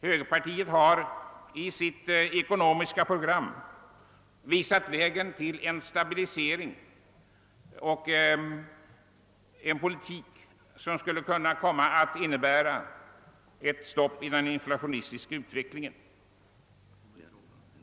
Högerpartiet har i sitt ekonomiska program visat vägen till en stabilisering, till en politik som skulle kunna innebära ett stopp i den inflationistiska utvecklingen.